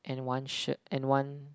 and one shirt and one